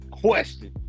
question